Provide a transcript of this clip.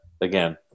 again